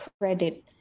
credit